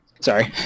Sorry